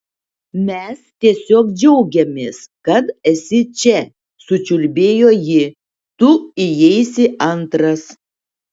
mes tiesiog džiaugiamės kad esi čia sučiulbėjo ji tu įeisi antras